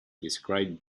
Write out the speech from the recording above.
described